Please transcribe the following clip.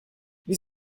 wir